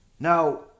now